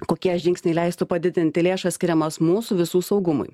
kokie žingsniai leistų padidinti lėšas skiriamas mūsų visų saugumui